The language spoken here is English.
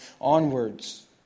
onwards